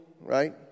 right